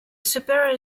superior